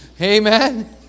Amen